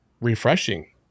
refreshing